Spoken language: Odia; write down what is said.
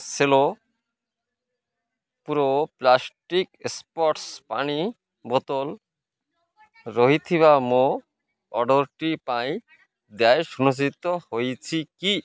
ସେଲୋ ପ୍ୟୁରୋ ପ୍ଲାଷ୍ଟିକ୍ ସ୍ପୋର୍ଟ୍ସ୍ ପାଣି ବୋତଲ ରହିଥିବା ମୋ ଅର୍ଡ଼ର୍ଟି ପାଇଁ ଦେୟ ସୁନିଶ୍ଚିତ ହୋଇଛି କି